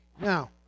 Now